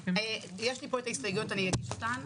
יש לי פה את ההסתייגויות, אגיש אותן.